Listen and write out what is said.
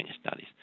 studies